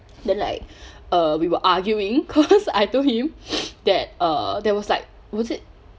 then like uh we were arguing cause I told him that uh that was like was it